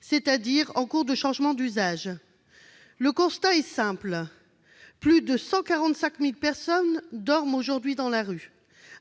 c'est-à-dire en cours de changement d'usage. Le constat est simple : plus de 145 000 personnes dorment aujourd'hui dans la rue ;